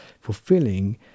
fulfilling